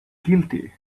guilty